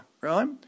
right